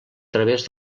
través